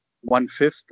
one-fifth